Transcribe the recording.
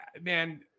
man